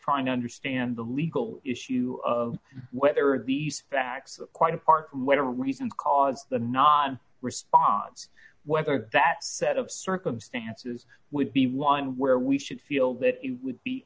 trying to understand the legal issue of whether these facts quite apart from whatever reason cause the not response whether that set of circumstances would be one where we should feel that you would be